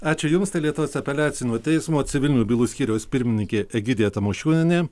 ačiū jums tai lietuvos apeliacinio teismo civilinių bylų skyriaus pirmininkė egidija tamošiūnienė